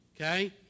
Okay